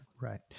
Right